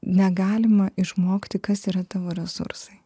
negalima išmokti kas yra tavo resursai